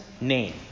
name